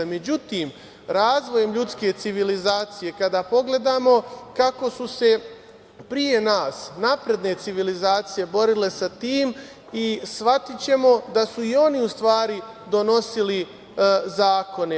Međutim, razvojem ljudske civilizacije, kada pogledamo kako su se pre nas napredne civilizacije borile sa tim, shvatićemo da su i oni u stvari donosili zakone.